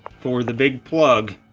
for the big plug